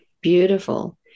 Beautiful